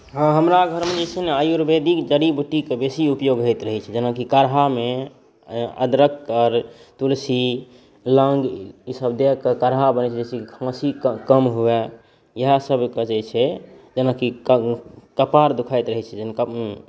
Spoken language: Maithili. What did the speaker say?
हँ हमरा घरमे जे छै ने आयुर्वेदिक जड़ी बुटीके बेसी उपयोग होइत रहै छै जेनाकि काढ़ामे अदरख आओर तुलसी लॉन्ग ई सभ दे कऽ काढ़ा बनै छै खासी कम हुए इएह सभके जे छै जेनाकि कपार दुखाइत रहै छै